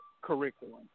curriculum